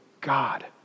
God